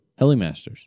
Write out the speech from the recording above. Helimasters